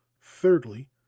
Thirdly